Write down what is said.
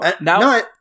now